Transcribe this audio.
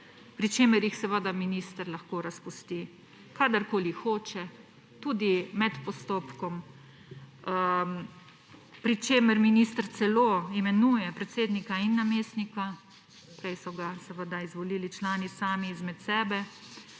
pri čemer jih minister lahko razpusti, kadarkoli hoče, tudi med postopkom, pri čemer minister celo imenuje predsednika in namestnika, prej so ga izvolili člani sami izmed sebe.